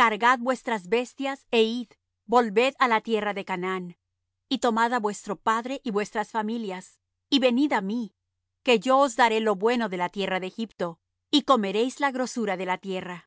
cargad vuestras bestias é id volved á la tierra de canaán y tomad á vuestro padre y vuestras familias y venid á mí que yo os daré lo bueno de la tierra de egipto y comeréis la grosura de la tierra